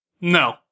no